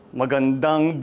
magandang